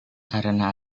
karena